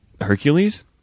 Hercules